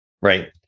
Right